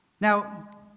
Now